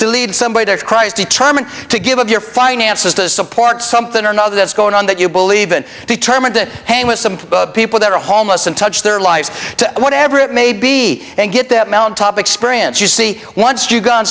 to lead somebody their cries determined to give up your finances to support something or another that's going on that you believe in determined to hang with some people that are homeless and touch their lives to whatever it may be and get that melon top experience you see once you've gone